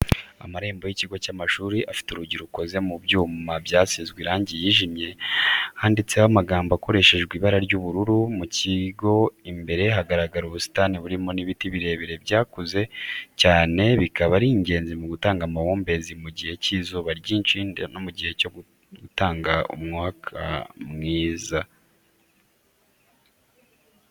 Amarembo y'ikigo cy'amashuri afite urugi rukoze mu byuma byasizwe irangi yijimye, handitseho amagambo akoreshejwe ibara ry'ubururu, mu kigo imbere hagaragara ubusitani burimo n'ibiti birebire byakuze cyane bikaba ari ingenzi mu gutanga amahumbezi mu gihe cy'izuba ryinshi ndetse no gutanga umwuka mwiza.